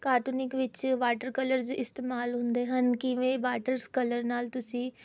cartooning ਵਿੱਚ water colours ਇਸਤੇਮਾਲ ਹੁੰਦੇ ਹਨ ਕਿਵੇਂ ਵਾਟਰ ਕਲਰਸ ਨਾਲ ਤੁਸੀਂ